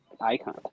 icon